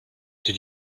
did